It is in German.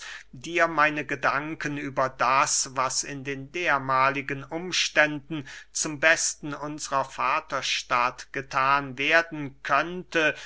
dir meine gedanken über das was in den dermahligen umständen zum besten unsrer vaterstadt gethan werden könnte